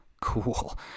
cool